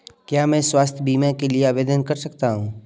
क्या मैं स्वास्थ्य बीमा के लिए आवेदन कर सकता हूँ?